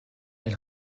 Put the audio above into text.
elle